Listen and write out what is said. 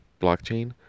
blockchain